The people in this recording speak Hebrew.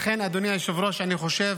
לכן, אדוני היושב-ראש, אני חושב